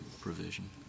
provision